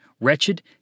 wretched